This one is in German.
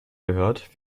gehört